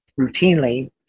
routinely